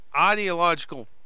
ideological